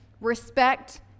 respect